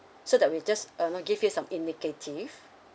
so that we just uh you know give you some indicative